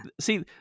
See